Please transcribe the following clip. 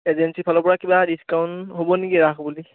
এজেন্সিৰফালৰপৰা কিবা ডিচকাউণ্ট হ'ব নেকি ৰাস বুলি